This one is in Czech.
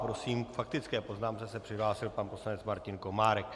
Prosím, k faktické poznámce se přihlásil pan poslanec Martin Komárek.